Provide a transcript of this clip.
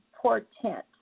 portent